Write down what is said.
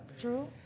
True